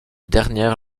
dernière